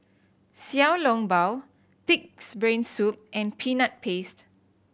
Xiao Long Bao Pig's Brain Soup and Peanut Paste